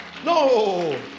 No